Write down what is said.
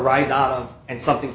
rise out of and something